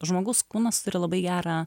žmogaus kūnas turi labai gerą